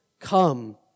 come